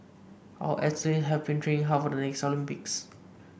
our athletes have been training hard for the next Olympics